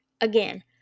again